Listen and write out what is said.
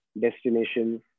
destinations